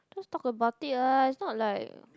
just talk about it lah it's not like